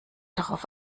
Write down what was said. darauf